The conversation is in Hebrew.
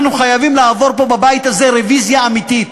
חייבים לעבור פה בבית הזה רוויזיה אמיתית.